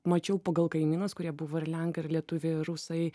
mačiau pagal kaimynus kurie buvo ir lenkai ir lietuviai rusai